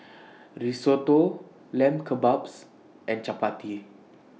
Risotto Lamb Kebabs and Chapati